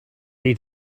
eat